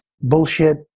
bullshit